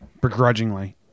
Begrudgingly